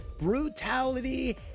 Brutality